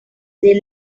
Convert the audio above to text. they